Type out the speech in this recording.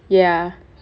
ya